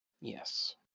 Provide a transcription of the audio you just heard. yes